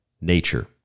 nature